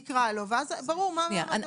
ואז יהיה ברור מה מעמדו.